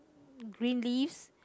green leaves